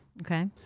Okay